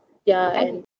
ya and